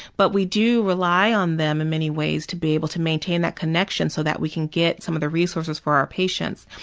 but we do rely on them in many ways to be able to maintain that connection so that we can get some of the resources for our patients.